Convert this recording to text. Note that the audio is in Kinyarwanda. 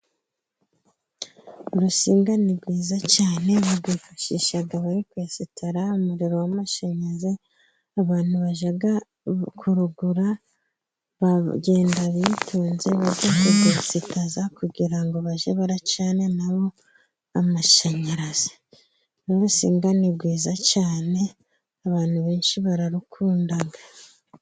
Urusinga ni rwiza cyane bifashishaga bari kwesitara umuriro w'amashyanyarazi, abantu bajya kurugura bakagenda kurwesitaza kugira bajye baracana amashanyarazi urusinga ni rwiza cyane abantu benshi bararukunda.